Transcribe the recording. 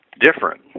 different